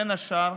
בין השאר,